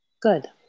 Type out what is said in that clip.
Good